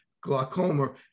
glaucoma